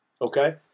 Okay